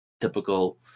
typical